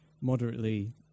moderately